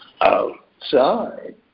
outside